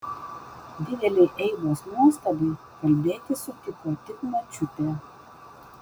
didelei eivos nuostabai kalbėti sutiko tik močiutė